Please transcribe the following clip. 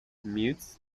mutes